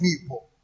people